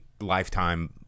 lifetime